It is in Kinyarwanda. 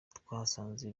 twasanze